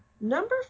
number